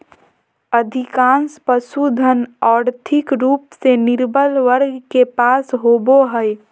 अधिकांश पशुधन, और्थिक रूप से निर्बल वर्ग के पास होबो हइ